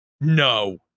No